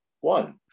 One